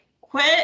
quit